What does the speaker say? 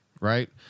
Right